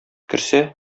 керсә